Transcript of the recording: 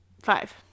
Five